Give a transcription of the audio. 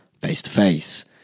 face-to-face